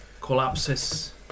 collapses